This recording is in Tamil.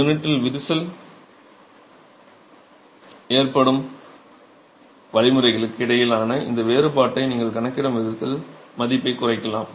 யூனிட்டில் விரிசல் ஏற்படும் வழிமுறைகளுக்கு இடையிலான இந்த வேறுபாட்டை நீங்கள் கணக்கிடும் விதத்தில் மதிப்பைக் குறைக்கலாம்